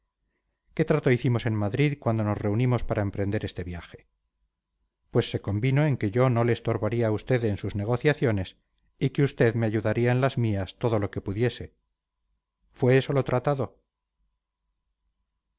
qué trato hicimos en madrid cuando nos reunimos para emprender este viaje pues se convino en que yo no le estorbaría a usted en sus negociaciones y que usted me ayudaría en las mías todo lo que pudiese fue eso lo tratado